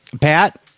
pat